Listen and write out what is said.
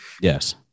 Yes